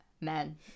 men